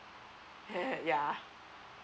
yeah